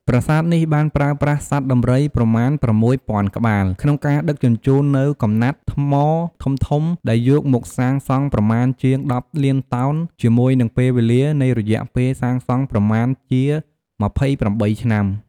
ប្រាសាទនេះបានប្រើប្រាស់សត្វដំរី ប្រមាណជា ៦០០០ ក្បាល ក្នុងការដឹកជញ្ជូននូវកំំំណាត់ថ្មធំៗ ដែលយកមកសាងសង់ប្រមាណជា ១០លានតោន ជាមួយនិងពេលវេលា នៃរយៈពេលសាងសង់ប្រមាណជា ២៨ ឆ្នាំ ។